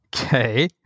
Okay